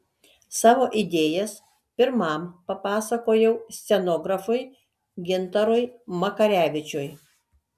savo idėjas pirmam papasakojau scenografui gintarui makarevičiui